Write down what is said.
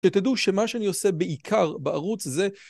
ותדעו שמה שאני עושה בעיקר בערוץ זה